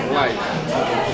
life